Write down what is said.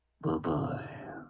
Bye-bye